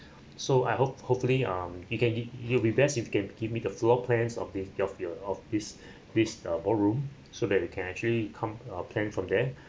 so I hope hopefully um you can get it will be best if you can give me the floor plans of the of your of this this uh ballroom so that we can actually come uh plan from there